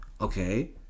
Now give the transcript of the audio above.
okay